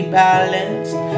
balanced